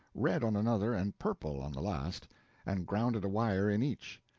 red on another, and purple on the last and grounded a wire in each.